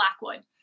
Blackwood